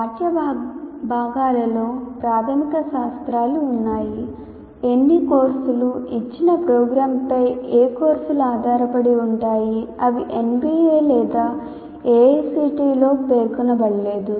పాఠ్య భాగాలలో ప్రాథమిక శాస్త్రాలు ఉన్నాయి ఎన్ని కోర్సులు ఇచ్చిన ప్రోగ్రామ్పై ఏ కోర్సులు ఆధారపడి ఉంటాయి అవి NBA లేదా AICTE చే పేర్కొనబడలేదు